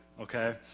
okay